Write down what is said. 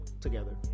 together